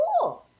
cool